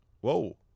whoa